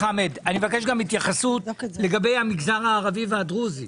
אני מבקש גם התייחסות לגבי המגזר הערבי והדרוזי